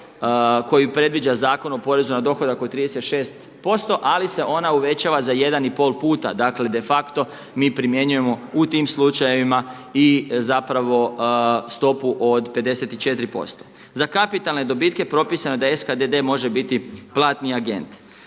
koju predviđa Zakon o porezu na dohodak od 36% ali se ona uvećava za 1,5 puta, dakle de facto mi primjenjujemo u tim slučajevima i stopu od 54%. Za kapitalne dobitke propisano je da SKDD može biti platni agent.